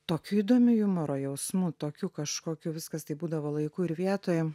tokiu įdomiu jumoro jausmu tokiu kažkokiu viskas taip būdavo laiku ir vietoj